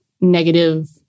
negative